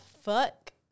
fuck